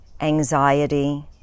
anxiety